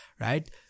right